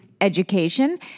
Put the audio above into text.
education